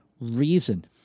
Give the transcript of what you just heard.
Reason